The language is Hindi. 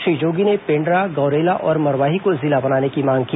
श्री जोगी ने पेण्ड्रा गौरेला और मरवाही को जिला बनाने की मांग की